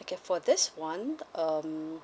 okay for this one um